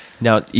Now